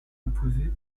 imposé